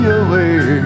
away